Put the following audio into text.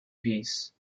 peace